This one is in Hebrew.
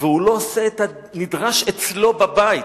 והוא לא עושה את הנדרש אצלו בבית,